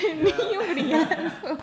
ya